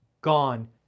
gone